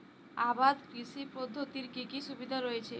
আবাদ কৃষি পদ্ধতির কি কি সুবিধা রয়েছে?